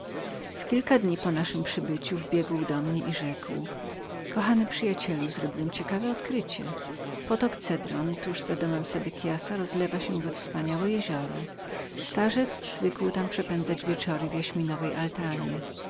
w kilka dni po naszem przybyciu wbiegł do mnie i rzekł kochany przyjacielu mam ci dobrą wiadomość do udzielenia potok cedron tuż za domem sedekiasa rozlewa się we wspaniałe jezioro starzec zwykł tam przepędzać całe wieczory w jaśminowej altanie